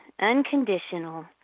unconditional